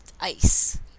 ice